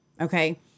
Okay